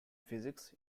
physics